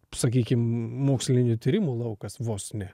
sakykim mokslinių tyrimų laukas vos ne